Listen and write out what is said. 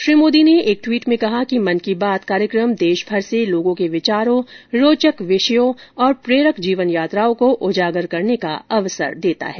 श्री मोदी ने एक ट्वीट में कहा कि मन की बात कार्यक्रम देशभर से लोगों के विचारों रोचक विषयों और प्रेरक जीवन यात्राओं को उजागर करने का अवसर देता है